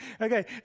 okay